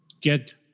get